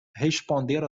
responder